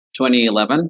2011